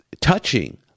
touching